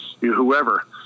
whoever